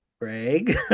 Greg